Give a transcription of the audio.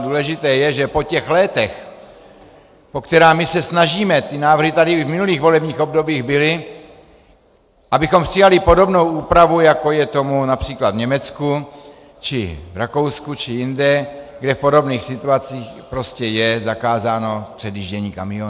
Důležité je, že po těch letech, po která my se snažíme, ty návrhy tady byly i v minulých volebních obdobích, abychom přijali podobnou úpravu, jako je tomu například v Německu, Rakousku či jinde, kde v podobných situacích prostě je zakázáno předjíždění kamionů.